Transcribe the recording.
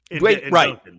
Right